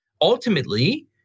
Ultimately